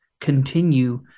continue